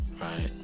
Right